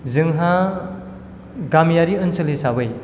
जोंहा गामियारि ओनसोल हिसाबै